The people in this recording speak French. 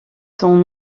son